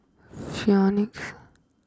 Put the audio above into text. Phoenix